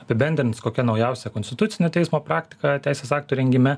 apibendrins kokia naujausia konstitucinio teismo praktika teisės aktų rengime